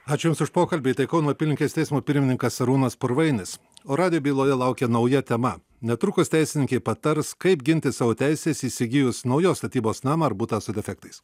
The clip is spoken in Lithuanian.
ačiū jums už pokalbį tai kauno apylinkės teismo pirmininkas arūnas purvainis o radijo byloje laukia nauja tema netrukus teisininkė patars kaip ginti savo teises įsigijus naujos statybos namą ar butą su defektais